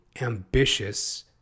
ambitious